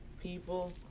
People